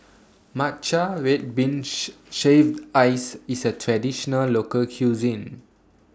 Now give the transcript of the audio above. Matcha Red Bean Shaved Ice IS A Traditional Local Cuisine